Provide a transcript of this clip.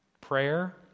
Prayer